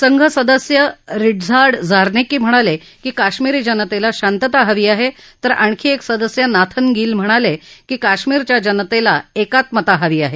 संघ सदस्य Ryszard Czarnecki म्हणाले की काश्मिरी जनतेला शांतता हवी आहे तर आणखी एक सदस्य नाथन गिल म्हणाले की काश्मिरच्या जनतेला एकात्मकता हवी आहे